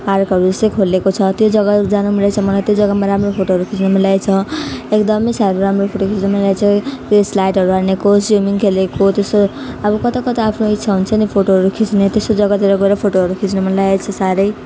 पार्कहरू जस्तै खोलिएको छ त्यो जग्गा जानु मनलाग्छ मलाई त्यो जग्गामा राम्रो फोटोहरू खिच्न मनलागेको छ एकदमै साह्रो राम्रो फोटो खिच्न मनलागेको छ स्लाइडहरू हानेको स्विमिङ खेलेको त्यस्तो अब कता कता आफ्नो इच्छा हुन्छ नि फोटोहरू खिच्ने त्यस्तो जग्गातिर गएर फोटोहरू खिच्न मनलागेको छ साह्रै